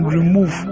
remove